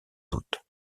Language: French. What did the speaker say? doute